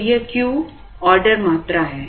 तो यह Q order मात्रा है